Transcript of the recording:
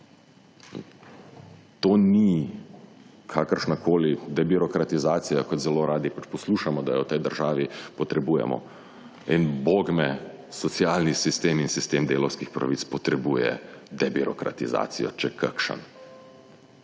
To ni kakršnakoli debirokratizacija kot zelo radi poslušamo, da jo v tej državi potrebujemo. In bog me socialni sistemi in sistem delavskih pravic potrebuje debirokratizacijo, če kakšen.